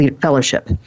Fellowship